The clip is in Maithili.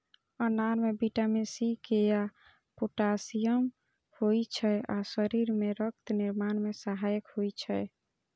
अनार मे विटामिन सी, के आ पोटेशियम होइ छै आ शरीर मे रक्त निर्माण मे सहायक होइ छै